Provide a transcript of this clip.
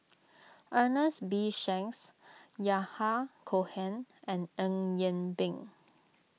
Ernest B Shanks Yahya Cohen and Eng Yee Peng